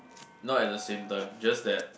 not at the same time just that